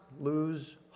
lose